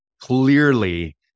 Clearly